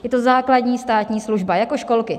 Je to základní státní služba, jako školky.